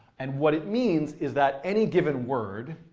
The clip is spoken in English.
and what it means is that any given word,